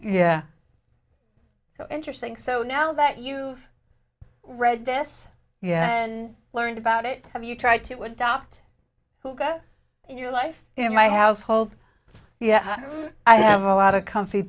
yeah so interesting so now that you've read this yeah and learned about it have you tried to adopt who go in your life in my household yeah i have a lot of co